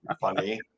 Funny